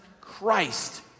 Christ